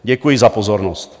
Děkuji za pozornost.